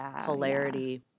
polarity